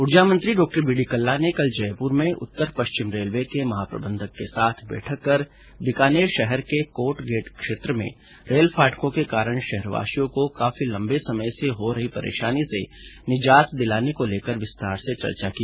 ऊर्जा मंत्री डॉ बी डी कल्ला ने कल जयपुर में उत्तर पश्चिम रेलवे के महाप्रबंधक के साथ बैठक कर बीकानेर शहर के कोटगेट क्षेत्र में रेल फाटकों के कारण शहरवासियों को काफी लम्बे समय से हो रही परेशानी से निजात दिलाने को लेकर विस्तार से चर्चा की